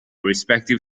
respective